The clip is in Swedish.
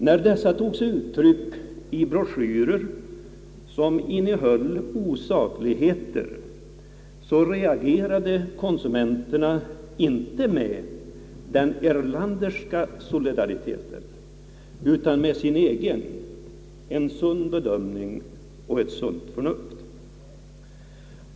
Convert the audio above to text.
När dessa tog sig uttryck i broschyrer, som innehöll osakligheter, reagerade konsumenterna, inte med den Erlanderska »solidariteten» utan med sin egen — en sund bedömning och ett sunt förnuft.